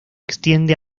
extiende